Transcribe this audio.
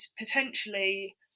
potentially